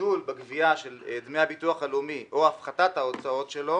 הגידול בגבייה של דמי הביטוח הלאומי או הפחתת ההוצאות שלו